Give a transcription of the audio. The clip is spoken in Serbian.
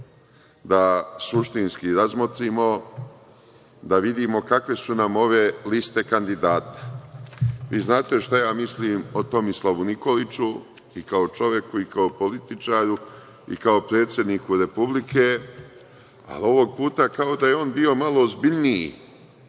da suštinski razmotrimo, da vidimo kakve su nam ove liste kandidata. Znate, šta ja mislim o Tomislavu Nikoliću i kao o čoveku, i kao o političaru i kao predsedniku Republike, ali ovoga puta kao da je bio malo ozbiljniji